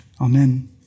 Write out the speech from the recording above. Amen